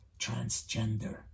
transgender